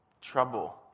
Trouble